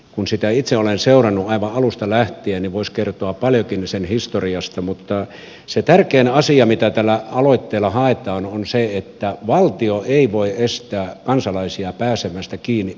kun sitä asiaa itse olen seurannut aivan alusta lähtien voisi kertoa paljonkin sen historiasta mutta se tärkein asia mitä tällä aloitteella haetaan on se että valtio ei voi estää kansalaisia pääsemästä kiinni oikeuksiin